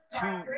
two